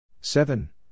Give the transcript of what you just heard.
Seven